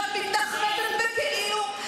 ואת מתנחמדת בכאילו,